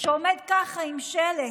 שעומד ככה עם שלט.